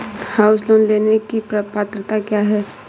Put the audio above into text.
House loan लेने की पात्रता क्या है?